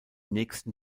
nächsten